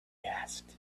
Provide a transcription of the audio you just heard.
asked